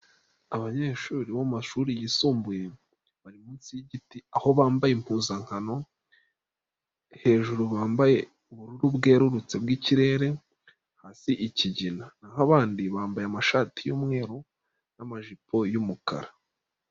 Abanyeshuri bo mu mashuri yisumbuye, bari munsi y'igiti, aho bambaye impuzankano hejuru bambaye ubururu bwerurutse bw'ikirere, hasi ikigina n'aho abandi, bambaye amashati y'umweru n'amajipo y'umukara.